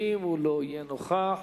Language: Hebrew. ואם הוא לא יהיה נוכח,